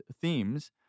themes